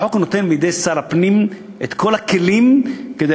החוק נותן בידי שר הפנים את כל הכלים כדי